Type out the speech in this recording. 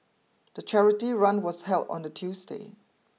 the charity run was held on a Tuesday